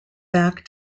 back